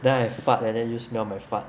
then I fart and then you smell my fart